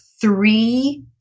three